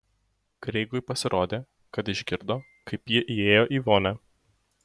kreigui pasirodė kad išgirdo kaip ji įėjo į vonią